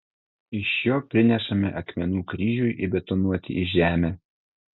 iš jo prinešame akmenų kryžiui įbetonuoti į žemę